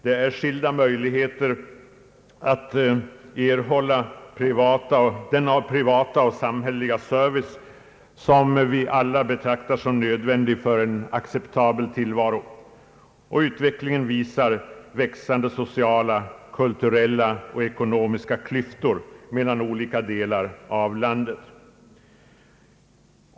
Det råder skilda möjligheter att erhålla den privata och samhälleliga service som vi alla betraktar som nödvändig för en acceptabel tillvaro. Utvecklingen visar på växande sociala, kulturella och ekonomiska klyftor mellan olika delar av landet.